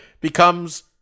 becomes